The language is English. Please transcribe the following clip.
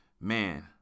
man